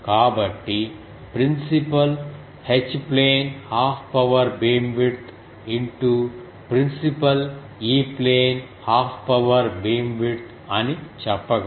కాబట్టి principal H plane half power beamwidth principal E plane half power beamwidth అని చెప్పగలను